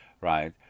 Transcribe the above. right